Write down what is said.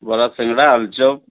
ବରା ସିଙ୍ଗଡ଼ା ଆଳୁଚପ୍